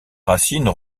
racines